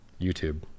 YouTube